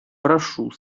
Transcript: прошу